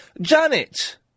Janet